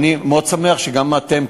אני מאוד שמח שגם אתם,